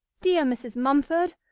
dear mrs. mumford!